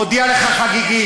מודיע לך חגיגית,